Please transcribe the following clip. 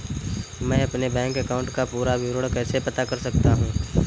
मैं अपने bank account का पूरा विवरण कैसे पता कर सकता हूँ?